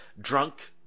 drunk